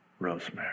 rosemary